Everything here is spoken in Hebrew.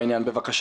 בבקשה,